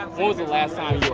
what was the last time you